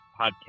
podcast